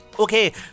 Okay